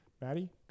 Maddie